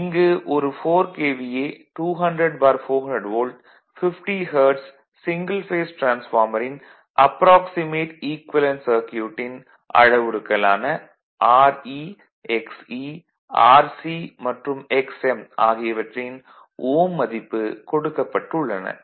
இங்கு ஒரு 4 KVA 200400 volt 50 hertz single phase டிரான்ஸ்பார்மரின் அப்ராக்சிமேட் ஈக்குவேலன்ட் சர்க்யூட்டின் அளவுருக்களான Re Xe Rc மற்றும் Xm ஆகியவற்றின் ஓம் மதிப்பு கொடுக்கப்பட்டு உள்ளன